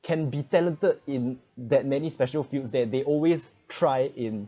can be talented in that many special fields that they always try in